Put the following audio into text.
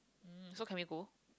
um so can we go